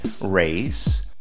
race